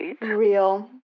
Real